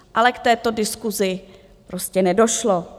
Ale k této diskusi prostě nedošlo.